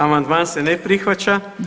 Amandman se ne prihvaća.